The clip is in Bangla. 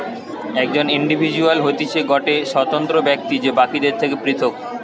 একজন ইন্ডিভিজুয়াল হতিছে গটে স্বতন্ত্র ব্যক্তি যে বাকিদের থেকে পৃথক